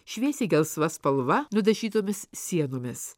šviesiai gelsva spalva nudažytomis sienomis